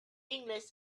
english